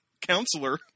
counselor